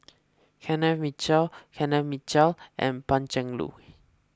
Kenneth Mitchell Kenneth Mitchell and Pan Cheng Lui